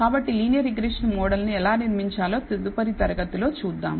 కాబట్టి linear regression model ను ఎలా నిర్మించాలో తదుపరి తరగతి లో చూద్దాం